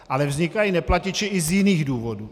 Ale vznikají neplatiči i z jiných důvodů.